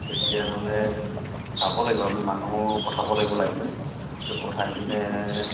তেতিয়াহ'লে চাব লাগিব আমি মানুহ পঠাব লাগিব লাইনমেন